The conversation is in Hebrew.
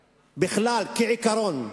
בכלל, כעיקרון,